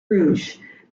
rouge